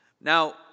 Now